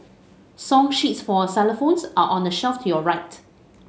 song sheets for xylophones are on the shelf your right